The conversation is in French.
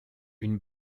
une